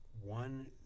one